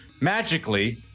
magically